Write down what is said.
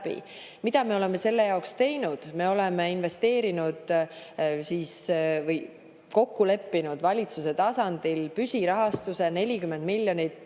läbi. Mida me oleme selle jaoks teinud? Me oleme investeerinud või kokku leppinud valitsuse tasandil püsirahastuse 40 miljonit